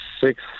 Six